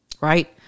right